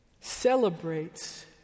celebrates